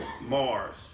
Mars